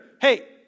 hey